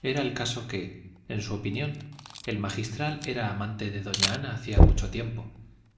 era el caso que en su opinión el magistral era amante de doña ana hacía mucho tiempo